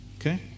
Okay